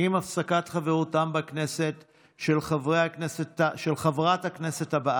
עם הפסקת חברותו בכנסת של חבר הכנסת הבא